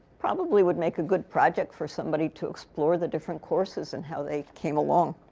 probably would make a good project for somebody to explore the different courses and how they came along.